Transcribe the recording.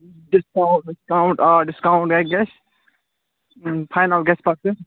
discount وِسکاوُنٛٹ آ discount ہے گژھِ فایِنَل گژھِ پتہٕ یہِ